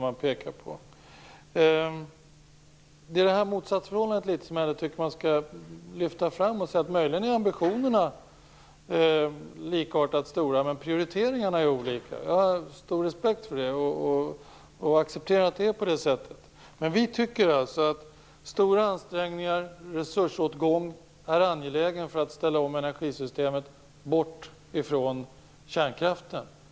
Jag tycker att man skall lyfta fram det här motsatsförhållandet. Möjligen är ambitionerna lika stora, men prioriteringarna är olika. Jag har stor respekt för det och accepterar att det är på det sättet. Men vi tycker att stora ansträngningar och resursåtgång är angeläget för att ställa om energisystemet bort från kärnkraften.